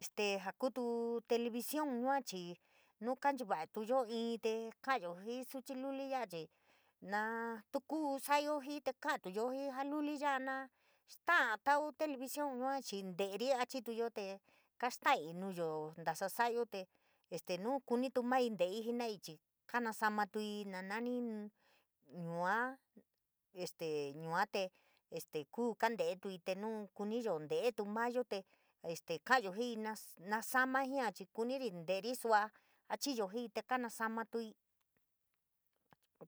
Este jaa kuutu televisión yuachii nuu kanchuku inn tee ka´ayo jii in suchi luli ya´a vhii naa tuu sa´ayo jii te ka´atuyo jii jaluli ya´a na staá tau televisón yua chii te teeri a chituyo te kastaii nuyo ntasa sa´ayo te este no kunito maii n´teii jenaii chii kanasama tuii maii na nani yua esto yua te este kuu kante´etuii te kuniyo te´etu mayo te este ka´ayo jii na samaii chii kunini ntoerti suaa a hiyo jii te kana samatuii.